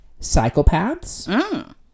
psychopaths